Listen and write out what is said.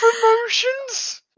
promotions